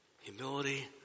humility